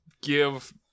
give